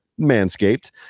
Manscaped